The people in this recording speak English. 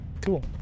cool